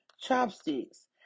chopsticks